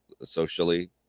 socially